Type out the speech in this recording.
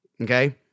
okay